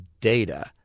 data